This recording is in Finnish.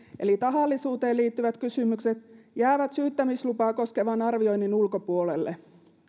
eli tahallisuuteen liittyvät kysymykset jäävät syyttämislupaa koskevan arvioinnin ulkopuolelle